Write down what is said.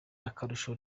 akarusho